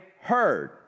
heard